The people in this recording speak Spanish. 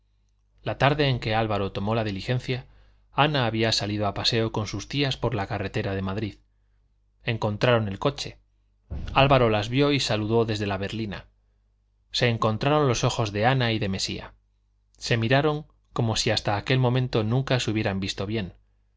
la tarde en que álvaro tomó la diligencia ana había salido a paseo con sus tías por la carretera de madrid encontraron el coche álvaro las vio y saludó desde la berlina se encontraron los ojos de ana y de mesía se miraron como si hasta aquel momento nunca se hubieran visto bien